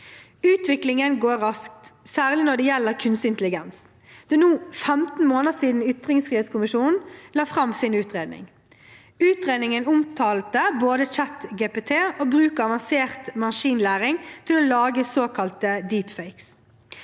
Utviklingen går raskt, særlig når det gjelder kunstig intelligens. Det er nå 15 måneder siden ytringsfrihetskommisjonen la fram sin utredning. Utredningen omtalte både ChatGPT og bruk av avansert maskinlæring til å lage «deepfakes»,